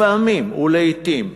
לפעמים ולעתים,